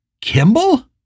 Kimball